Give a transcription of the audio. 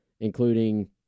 including